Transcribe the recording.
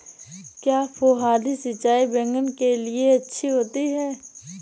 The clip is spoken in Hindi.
क्या फुहारी सिंचाई बैगन के लिए अच्छी होती है?